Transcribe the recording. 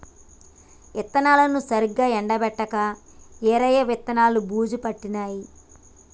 విత్తనాలను సరిగా ఎండపెట్టక ఈరయ్య విత్తనాలు బూజు పట్టినాయి